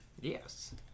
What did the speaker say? Yes